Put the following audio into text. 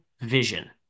vision